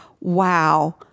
wow